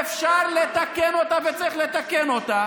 ואפשר לתקן אותה וצריך לתקן אותה,